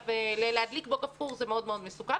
ולהדליק בו גפרור זה מאוד מסוכן,